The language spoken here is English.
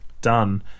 done